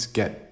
get